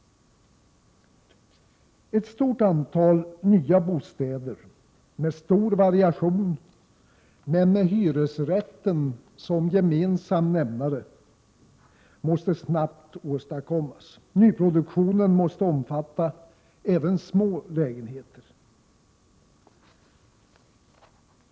Ett stort antal nya bostäder med stor variation, men med hyresrätten som gemensam nämnare, måste snabbt åstadkommas. Nyproduktionen måste omfatta även små lägenheter.